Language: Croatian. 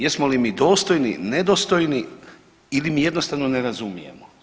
Jesmo li mi dostojni, nedostojni ili mi jednostavno ne razumijemo?